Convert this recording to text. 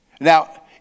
Now